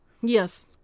Yes